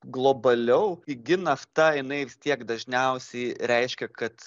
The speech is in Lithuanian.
globaliau pigi nafta jinai vis tiek dažniausiai reiškia kad